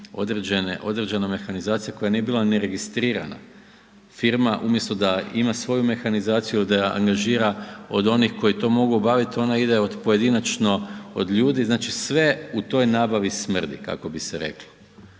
određena mehanizacija koja nije bila ni registrirana firma umjesto da ima svoju mehanizaciju, da angažira od onih koji to mogu obavit ona ide od pojedinačno od ljudi znači sve u toj nabavi smrdi, kako bi se reklo.